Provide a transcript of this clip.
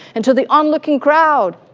and to the on looking crowd,